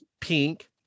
Pink